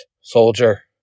soldier